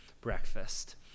breakfast